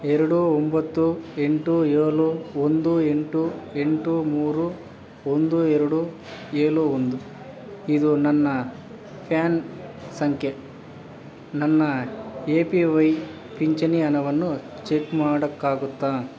ಎರಡು ಒಂಬತ್ತು ಎಂಟು ಏಳು ಒಂದು ಎಂಟು ಎಂಟು ಮೂರು ಒಂದು ಎರಡು ಏಳು ಒಂದು ಇದು ನನ್ನ ಫ್ಯಾನ್ ಸಂಖ್ಯೆ ನನ್ನ ಎ ಪಿ ವೈ ಪಿಂಚಣಿ ಹಣವನ್ನು ಚೆಕ್ ಮಾಡೋಕ್ಕಾಗುತ್ತಾ